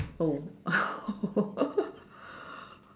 oh